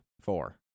Four